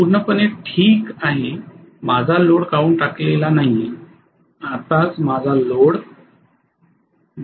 पूर्णपणे ठीक आहे माझा लोड काढून टाकलेला नाही आत्ताच माझा लोड सोडला आहे